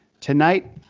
tonight